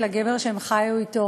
לגבר שהן חיו אתו